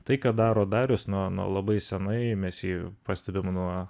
tai ką daro darius nuo nuo labai senai mes jį pastebim nuo